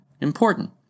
important